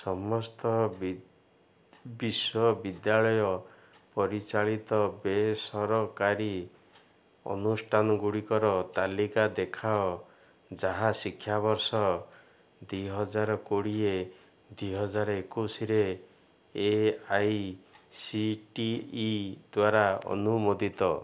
ସମସ୍ତ ବିଶ୍ୱବିଦ୍ୟାଳୟ ପରିଚାଳିତ ବେସରକାରୀ ଅନୁଷ୍ଠାନଗୁଡ଼ିକର ତାଲିକା ଦେଖାଅ ଯାହା ଶିକ୍ଷା ବର୍ଷ ଦୁଇ ହଜାର କୋଡ଼ିଏ ଦୁଇ ହଜାରେ ଏକୋଶିରେ A I C T E ଦ୍ୱାରା ଅନୁମୋଦିତ